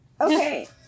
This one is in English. Okay